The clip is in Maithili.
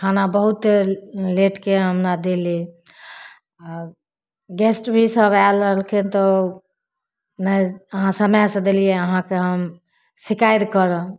खाना बहुते लेटके हमरा देली आ गेस्ट भी सभ आएल रहथिन तऽ नहि अहाँ समय से देलिए अहाँके हम शिकायत करब